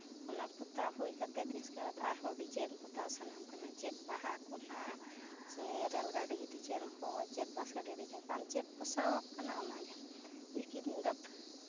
ᱚᱱᱟ ᱯᱚᱛᱟᱣ ᱦᱩᱭ ᱠᱟᱛᱮᱫ ᱤᱥᱠᱮᱵᱟᱫ ᱟᱨᱦᱚᱸ ᱰᱤᱡᱟᱭᱤᱱ ᱯᱚᱛᱟᱣ ᱥᱟᱱᱟᱢ ᱠᱟᱱᱟᱢ ᱠᱟᱱᱟ ᱪᱮᱫ ᱵᱟᱦᱟ ᱠᱚ ᱱᱟᱜ ᱪᱮ ᱨᱮᱹᱞᱜᱟᱹᱰᱤ ᱰᱤᱡᱟᱭᱤᱱ ᱠᱚ ᱪᱮᱫ ᱵᱟᱥ ᱜᱟᱹᱰᱤ ᱰᱤᱡᱟᱭᱤᱱ ᱠᱚ ᱟᱢ ᱪᱮᱫ ᱯᱚᱥᱟᱣᱟᱢ ᱠᱟᱱᱟ ᱚᱱᱟᱜᱮ ᱞᱤᱠᱤᱱ ᱤᱧᱫᱚ